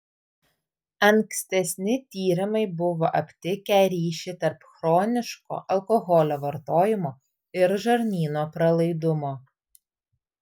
ankstesni tyrimai buvo aptikę ryšį tarp chroniško alkoholio vartojimo ir žarnyno pralaidumo